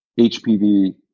HPV